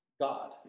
God